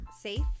safe